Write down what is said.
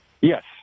Yes